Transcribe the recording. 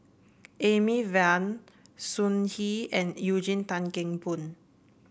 Amy Van Sun Yee and Eugene Tan Kheng Boon